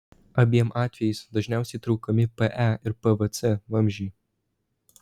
abiem atvejais dažniausiai traukiami pe ir pvc vamzdžiai